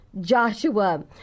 Joshua